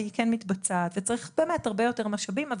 היא כן מתבצעת וצריך באמת הרבה יותר משאבים.